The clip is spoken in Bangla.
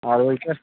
আর ওইটা